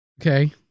Okay